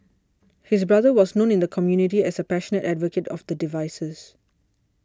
his brother was known in the community as a passionate advocate of the devices